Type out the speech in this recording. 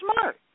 smart